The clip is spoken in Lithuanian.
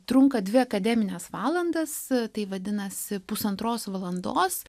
trunka dvi akademines valandas tai vadinasi pusantros valandos